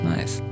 Nice